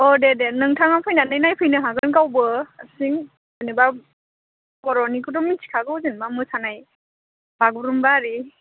अ दे दे नोंथाङा फैनानै नायफैनो हागोन गावबो हारसिं जेनेबा बर'निखौथ' मिथिखागौ जेनेबा मोसानाय बागुरुम्बा आरि